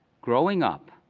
growing up,